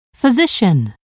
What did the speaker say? Physician